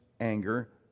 anger